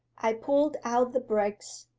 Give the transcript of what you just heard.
i pulled out the bricks,